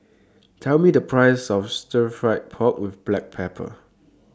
Tell Me The Price of Stir Fried Pork with Black Pepper